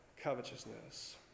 covetousness